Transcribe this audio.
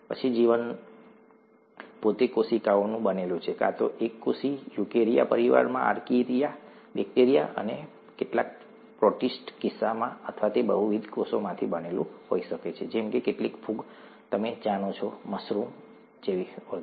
પછી જીવન પોતે કોશિકાઓથી બનેલું છે કાં તો એક કોષો યુકેરિયા પરિવારમાં આર્કિઆ બેક્ટેરિયા અને કેટલાક પ્રોટીસ્ટના કિસ્સામાં અથવા તે બહુવિધ કોષોથી બનેલું હોઈ શકે છે જેમ કે કેટલીક ફૂગ તમે જાણો છો મશરૂમ્સ વગેરે